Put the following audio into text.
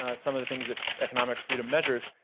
ah some of the things that economic freedom measures,